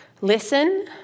Listen